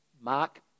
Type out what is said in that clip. Mark